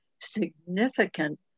significant